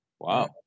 Wow